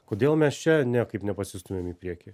kodėl mes čia niekaip nepasistumiam į priekį